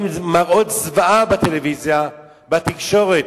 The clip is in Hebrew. מראות זוועה בטלוויזיה, בתקשורת.